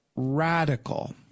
Radical